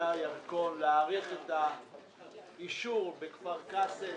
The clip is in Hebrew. התעשייה ירקון, להאריך את האישור בכפר קאסם.